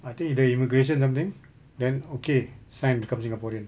I think the immigration something then okay sign become singaporean